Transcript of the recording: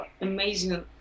amazing